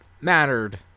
mattered